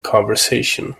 conversation